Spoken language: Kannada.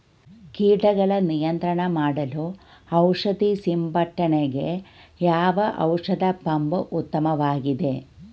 ಕೀಟಗಳ ನಿಯಂತ್ರಣ ಮಾಡಲು ಔಷಧಿ ಸಿಂಪಡಣೆಗೆ ಯಾವ ಔಷಧ ಪಂಪ್ ಉತ್ತಮವಾಗಿದೆ?